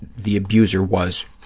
the abuser was,